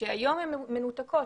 שהיום הן מנותקות.